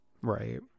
Right